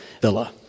villa